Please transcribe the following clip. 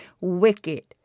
wicked